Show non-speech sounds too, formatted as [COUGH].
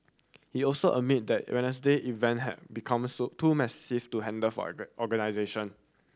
he also admit that Wednesday event had become so too massive to handle for a [UNINTELLIGIBLE] organization